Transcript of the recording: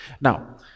Now